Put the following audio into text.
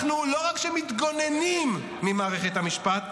אנחנו לא רק מתגוננים ממערכת המשפט,